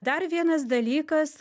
dar vienas dalykas